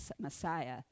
Messiah